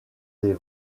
des